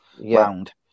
round